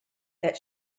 that